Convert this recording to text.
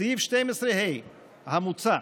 בסעיף 12ה המוצע,